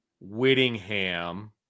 Whittingham